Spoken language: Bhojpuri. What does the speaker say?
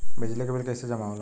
बिजली के बिल कैसे जमा होला?